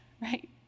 right